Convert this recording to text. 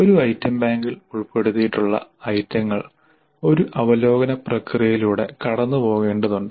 ഒരു ഐറ്റം ബാങ്കിൽ ഉൾപ്പെടുത്തിയിട്ടുള്ള ഐറ്റങ്ങൾ ഒരു അവലോകന പ്രക്രിയയിലൂടെ കടന്നുപോകേണ്ടതുണ്ട്